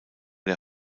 der